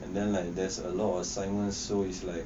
and then like there's a lot of assignments so is like